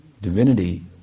divinity